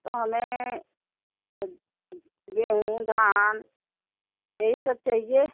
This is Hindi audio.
तो हमें एक गेहूँ धान यही सब चाहिए